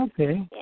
Okay